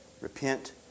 repent